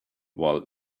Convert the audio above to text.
while